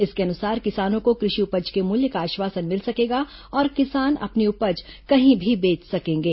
इसके अनुसार किसानों को कृषि उपज के मूल्य का आश्वासन मिल सकेगा और किसान अपनी उपज कहीं भी बेच सकेंगे